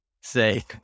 say